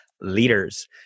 leaders